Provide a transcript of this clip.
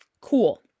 cool